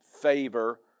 favor